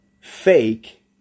fake